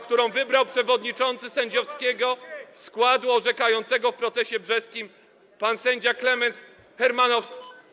którą wybrał przewodniczący sędziowskiego składu orzekającego w procesie brzeskim pan sędzia Klemens Hermanowski.